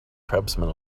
tribesmen